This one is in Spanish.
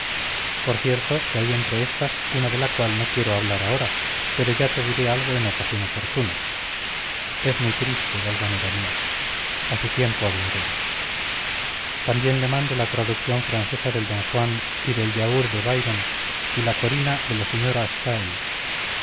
por cierto que hay entre estas una de la cual no quiero hablar ahora pero ya te diré algo en ocasión oportuna es muy triste valvanera mía a su tiempo hablaremos también le mando la traducción francesa del don juan y del giaour de byron y la corina de la señora stel de